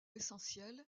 essentiel